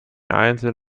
einzeln